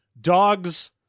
dogs